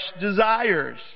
desires